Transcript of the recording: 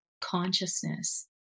consciousness